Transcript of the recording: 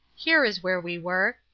here is where we were.